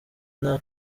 nta